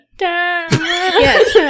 yes